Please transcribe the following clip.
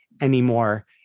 anymore